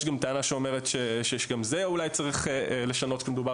ויש גם טענה אומרת שאולי צריך לשנות גם את זה כשמדובר